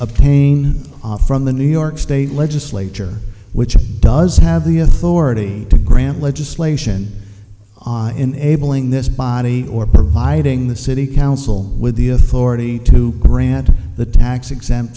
obtain from the new york state legislature which does have the authority to grant legislation on enabling this body or providing the city council with the authority to grant the tax exempt